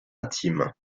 intime